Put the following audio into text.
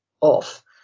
off